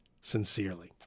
sincerely